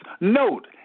Note